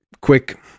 quick